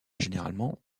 généralement